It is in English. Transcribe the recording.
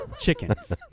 chickens